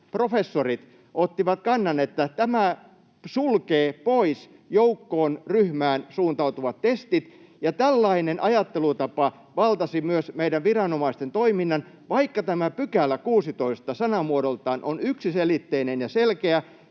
professorit, ottivat kannan, että tämä sulkee pois joukkoon, ryhmään suuntautuvat testit, ja tällainen ajattelutapa valtasi myös meidän viranomaisten toiminnan, vaikka tämä 16 § sanamuodoltaan on yksiselitteinen ja selkeä,